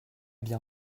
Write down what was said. bien